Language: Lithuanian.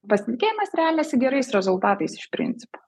pasitikėjimas remiasi gerais rezultatais iš principo